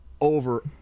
over